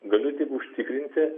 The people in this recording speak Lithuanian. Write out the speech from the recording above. galiu tik užtikrinti